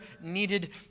needed